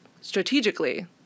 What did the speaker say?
Strategically